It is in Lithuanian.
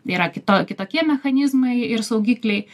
yra kito kitokie mechanizmai ir saugikliai